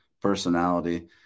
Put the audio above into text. personality